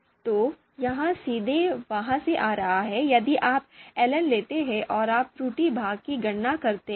तो यह सीधे वहाँ से आ रहा है यदि आप ln लेते हैं और आप त्रुटि भाग की गणना करते हैं